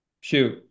shoot